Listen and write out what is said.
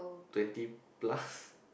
twenty plus